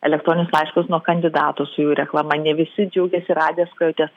elektroninius laiškus nuo kandidatų su jų reklama ne visi džiaugiasi radę skrajutes